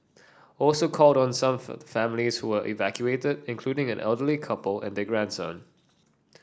also called on some for the families who were evacuated including an elderly couple and their grandson